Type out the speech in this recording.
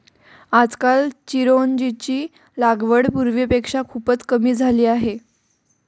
आजकाल चिरोंजीची लागवड पूर्वीपेक्षा खूपच कमी झाली आहे